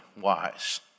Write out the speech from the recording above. wise